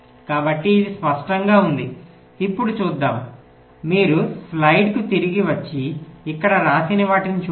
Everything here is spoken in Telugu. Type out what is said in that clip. కాబట్టి ఇది స్పష్టంగా ఉంటుంది ఇప్పుడు చూద్దాం మీరు స్లైడ్కు తిరిగి వచ్చి ఇక్కడ వ్రాసిన వాటిని చూడండి